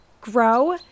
grow